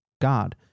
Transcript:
God